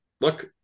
look